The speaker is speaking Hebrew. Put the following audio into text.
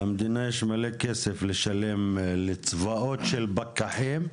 למדינה יש מלא כסף לשלם לצבאות של פקחים,